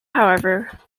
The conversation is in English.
however